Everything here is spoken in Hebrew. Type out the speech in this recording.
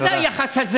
מה היחס הזה,